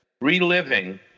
reliving